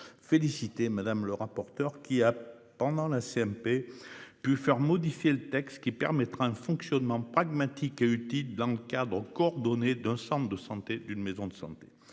Je voudrais donc féliciter madame le rapporteur qui a pendant la CMP pu faire modifier le texte qui permettra un fonctionnement pragmatique et utile l'encadre coordonnées d'un centre de santé d'une maison de santé.